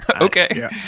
okay